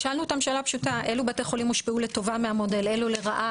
שאלנו אותם שאלה פשוטה: אלו בתי חולים הושפעו לטובה מהמודל ואלו לרעה?